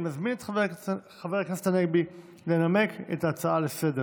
ועדה למעמד האישה.